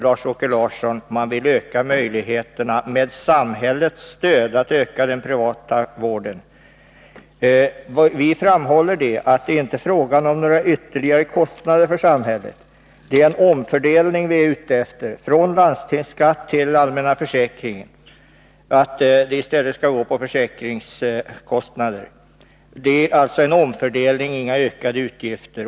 Lars-Åke Larsson säger att vi vill med samhällets stöd öka möjligheterna till privat vård. Vi framhåller att det inte är fråga om några ytterligare kostnader för samhället. Det är en omfördelning vi är ute efter, från landstingsskatt till den allmänna försäkringen, så att detta i stället betalas med försäkringskostnader. Det gäller alltså en omfördelning, inte några ökade utgifter.